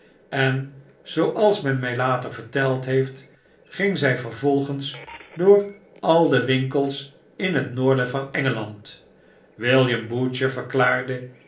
en zooals men my later verteld heeft ging zfl vervolgens door al de winkels in het noorden van engeland william butcher verkharde